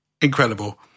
Incredible